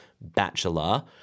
bachelor